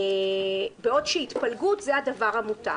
בעוד שהתפלגות זה הדבר המותר.